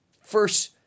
first